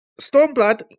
Stormblood